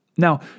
Now